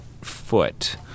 foot